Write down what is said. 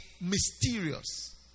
Mysterious